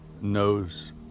knows